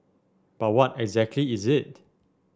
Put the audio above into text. but what exactly is it